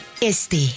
Este